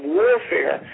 warfare